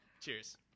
Cheers